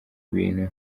ibintu